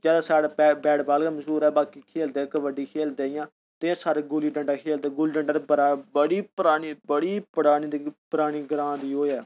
ज्यादा साढ़े bat ball गै मश्हूर ऐ इ'यां खेलदे कबड्डी खेलदे इ'यां सारे गुल्ली डंडा खेलदे गुल्ली डंडा बड़ी परानी बड़ी परानी ग्रां दी